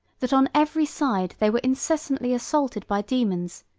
that on every side they were incessantly assaulted by daemons,